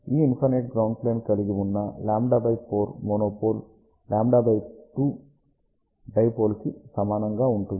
కాబట్టి ఈ infinite ground plane కలిగివున్న λ4 మోనో పోల్ λ2 డై పోల్ కి సమానము గా ఉంటుంది